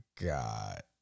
God